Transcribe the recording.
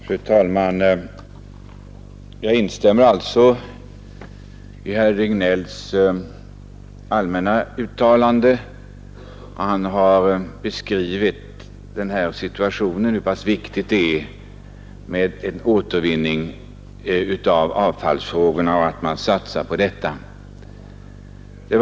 Fru talman! Jag instämmer i herr Regnélls anförande. Han har talat om hur viktigt det är att man satsar på en återvinning vid behandling av avfallet.